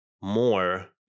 more